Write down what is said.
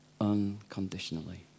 unconditionally